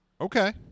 Okay